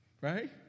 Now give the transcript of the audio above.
right